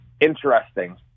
interesting